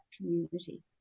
community